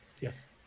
yes